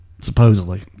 Supposedly